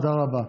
תודה רבה.